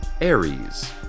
Aries